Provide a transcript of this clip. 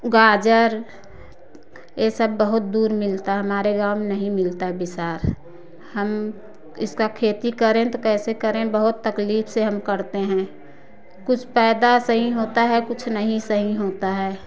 गाजर यह सब बहुत दूर मिलता है हमारे गाँव में नहीं मिलता है बिसार हम इसका खेती करें तो कैसे करें बहुत तकलीफ़ से हम करते हैं कुछ पैदा सही होता है कुछ नहीं सही होता है